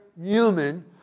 human